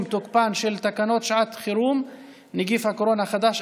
תוקפן של תקנות שעת חירום (נגיף הקורונה החדש,